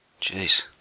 Jeez